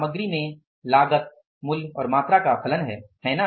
सामग्री में लागत मूल्य और मात्रा का फलन है है ना